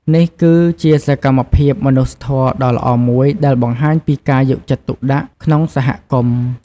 នេះគឺជាសកម្មភាពមនុស្សធម៌ដ៏ល្អមួយ ដែលបង្ហាញពីការយកចិត្តទុកដាក់ក្នុងសហគមន៍។